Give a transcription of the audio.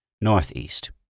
northeast